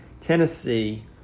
Tennessee